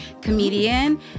comedian